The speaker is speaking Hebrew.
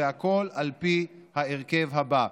והכול על פי ההרכב הבא,